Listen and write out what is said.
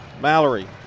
Mallory